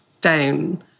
down